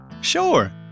Sure